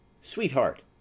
Sweetheart